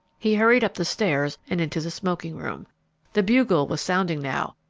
he hurried up the stairs and into the smoking-room. the bugle was sounding now,